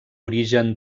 origen